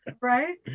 Right